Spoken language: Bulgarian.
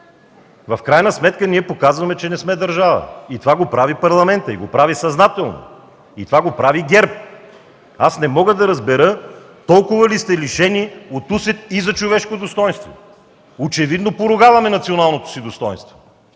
В крайна сметка ние показваме, че не сме държава. И това го прави Парламентът и го прави съзнателно, това го прави ГЕРБ. Аз не мога да разбера толкова ли сте лишени от усет и за човешко достойнство. Очевидно поругаваме националното си достойнство,